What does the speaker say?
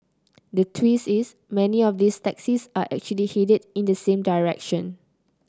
the twist is many of these taxis are actually headed in the same direction